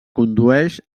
condueix